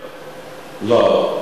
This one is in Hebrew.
לא,